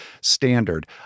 standard